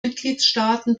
mitgliedstaaten